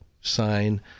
sign